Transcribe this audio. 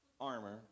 armor